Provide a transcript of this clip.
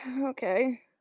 Okay